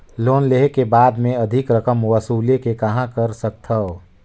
Loan लेहे के बाद मे अधिक रकम वसूले के कहां कर सकथव?